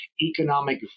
economic